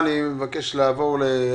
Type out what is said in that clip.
לא נפגע.